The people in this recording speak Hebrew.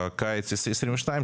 בקיץ 2022,